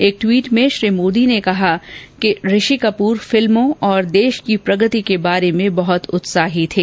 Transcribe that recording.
एक ट्वीट में श्री मोदी ने कहा कि वे फिल्मों और देश की प्रगति के बारे में बहुत उत्साही थे